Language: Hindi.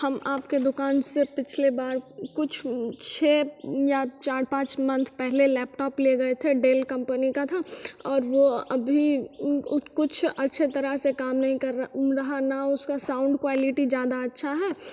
हम आपके दुकान से पिछले बार कुछ छः या चार पाँच मंथ पहले लैपटॉप ले गए थे डेल कंपनी का था और वो अभी कुछ अच्छा तरह से काम नहीं कर रहा ना उसका साउंड क्वालिटी ज़्यादा अच्छा है